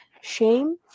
Shame